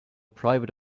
private